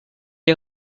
est